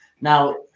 Now